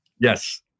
Yes